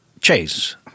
Chase